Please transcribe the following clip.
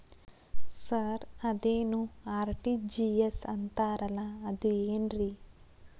Sir ಅದೇನು RTGS ಅಂತಾರಲಾ ಅದು ಏನ್ರಿ?